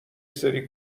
سری